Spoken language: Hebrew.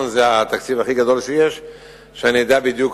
החינוך עומדת להיות הדפסה של ספרים חדשים.